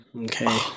Okay